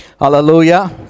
Hallelujah